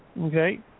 okay